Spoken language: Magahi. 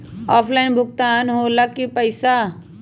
ऑफलाइन भुगतान हो ला कि पईसा?